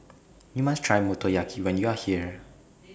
YOU must Try Motoyaki when YOU Are here